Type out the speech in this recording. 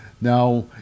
Now